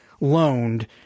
loaned